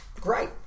Great